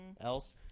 else